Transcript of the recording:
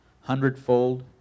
hundredfold